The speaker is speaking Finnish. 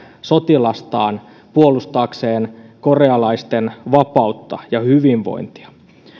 sotilastaan puolustaakseen korealaisten vapautta ja hyvinvointia